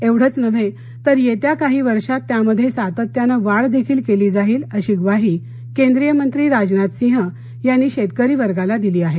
एवढेच नव्हे तर येत्या काही वर्षात त्यामध्ये सातत्याने वाढदेखील केली जाईल अशी ग्वाही केंद्रीय मंत्री राजनाथसिंह शेतकरी वर्गाला दिली आहे